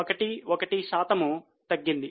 11 శాతము తగ్గింది